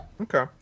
Okay